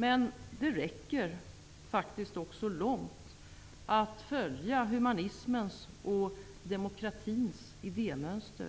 Men det räcker faktiskt också långt att följa humanismens och demokratins idémönster